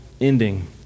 ending